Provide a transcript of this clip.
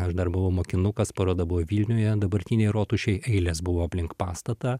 aš dar buvau mokinukas paroda buvo vilniuje dabartinėj rotušėj eilės buvo aplink pastatą